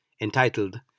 entitled